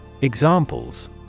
Examples